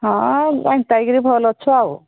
ହଁ ଭଲ ଅଛୁ ଆଉ